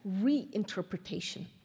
reinterpretation